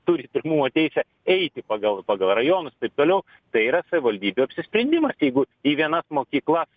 turi pirmumo teisę eiti pagal pagal rajonus taip toliau tai yra savivaldybių apsisprendimas jeigu į vienas mokyklas